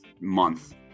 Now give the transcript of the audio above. month